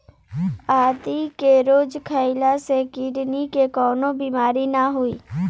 आदि के रोज खइला से किडनी के कवनो बीमारी ना होई